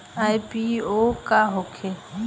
IPO का होखेला?